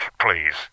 please